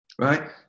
Right